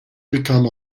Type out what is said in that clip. become